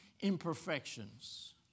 imperfections